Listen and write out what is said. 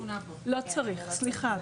לא צריך, סליחה.